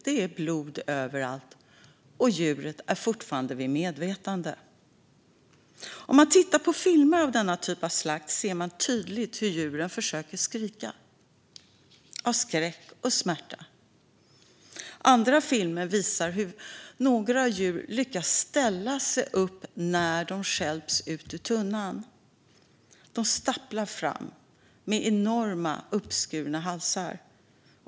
Det är blod överallt, och djuret är fortfarande vid medvetande. Om man tittar på filmer av denna typ av slakt ser man tydligt hur djuren försöker skrika av skräck och smärta. Andra filmer visar hur några djur lyckas ställa sig upp när de stjälps ur tunnan. De stapplar fram med enorma öppningar i halsen.